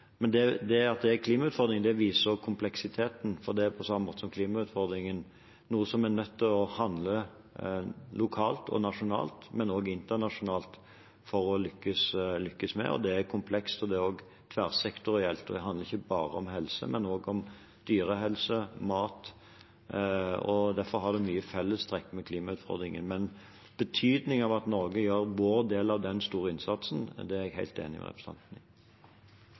Men det at det er en klimautfordring, viser også kompleksiteten, for på samme måte som med klimautfordringene er dette et område der vi er nødt til å handle lokalt og nasjonalt, men også internasjonalt, for å lykkes. Det er komplekst, og det er også tverrsektorielt – det handler ikke bare om helse, men også om dyrehelse, om mat – og derfor har det mange fellestrekk med klimautfordringen. Men betydningen av at Norge gjør vår del av den store innsatsen, er jeg helt enig med representanten i.